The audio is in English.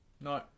No